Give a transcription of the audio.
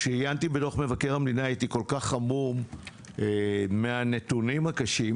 כשעיינתי בדוח מבקר המדינה הייתי כול כך המום מהנתונים הקשים,